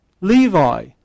Levi